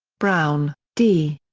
brown, d.